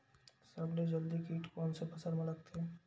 सबले जल्दी कीट कोन से फसल मा लगथे?